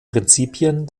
prinzipien